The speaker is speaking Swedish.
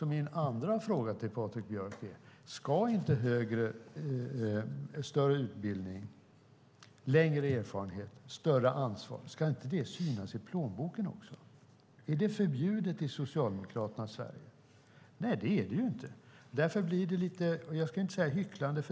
Min andra fråga till Patrik Björck är: Ska inte mer utbildning, längre erfarenhet och större ansvar synas i plånboken också? Är det förbjudet i Socialdemokraternas Sverige? Nej, det är det inte.